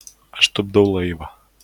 aš tupdau laivą